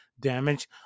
damage